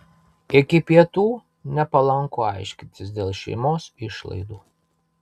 iki pietų nepalanku aiškintis dėl šeimos išlaidų